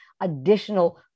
additional